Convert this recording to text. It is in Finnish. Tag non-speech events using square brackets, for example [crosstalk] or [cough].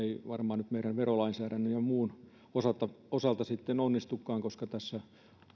[unintelligible] ei nyt meidän verolainsäädännön ja muun osalta [unintelligible] osalta onnistukaan koska tässä